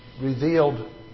revealed